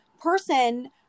person